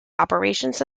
operations